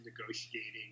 negotiating